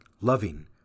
loving